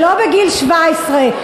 ולא בגיל 17,